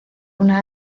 una